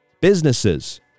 businesses